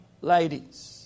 ladies